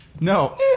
no